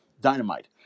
Dynamite